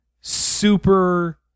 super